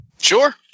Sure